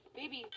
baby